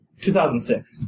2006